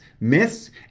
myths